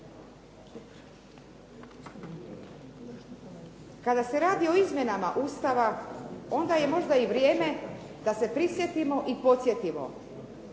Kada se radi o izmjenama Ustava onda je možda i vrijeme da se prisjetimo i podsjetimo